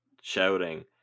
shouting